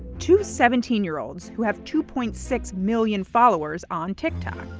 two seventeen year olds who have two point six million followers on tiktok.